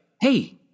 hey